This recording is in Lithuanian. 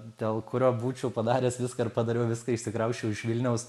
dėl kurio būčiau padaręs viską ir padariau viską išsikrausčiau iš vilniaus